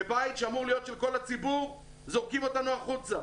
זה בית שאמור להיות של כל הציבור וזורקים אותנו החוצה.